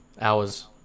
hours